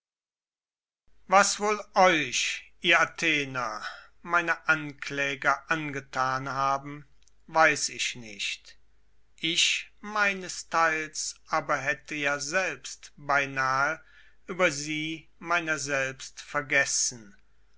was wohl euch ihr athener meine ankläger angetan haben weiß ich nicht ich meinesteils aber hätte ja selbst beinahe über sie meiner selbst